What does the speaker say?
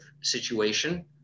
situation